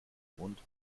mund